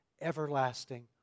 everlasting